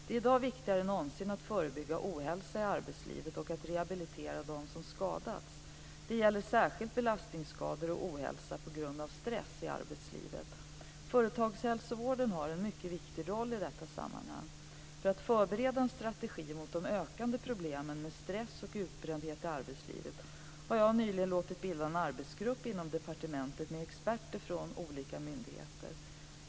Det är i dag viktigare än någonsin att förebygga ohälsa i arbetslivet och att rehabilitera dem som skadats. Detta gäller särskilt belastningsskador och ohälsa på grund av stress i arbetslivet. Företagshälsovården har en mycket viktig roll i detta sammanhang. För att förbereda en strategi mot de ökande problemen med stress och utbrändhet i arbetslivet har jag nyligen låtit bilda en arbetsgrupp inom Näringsdeparetementet med experter från olika myndigheter.